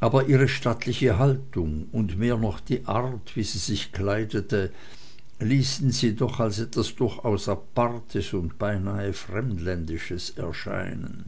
aber ihre stattliche haltung und mehr noch die art wie sie sich kleidete ließen sie doch als etwas durchaus apartes und beinahe fremdländisches erscheinen